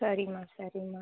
சரிமா சரிமா